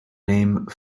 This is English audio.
name